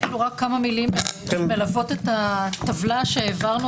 רק כמה מילים שמלוות את הטבלה שהעברנו